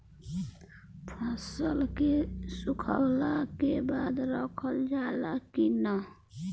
फसल के सुखावला के बाद रखल जाला कि न?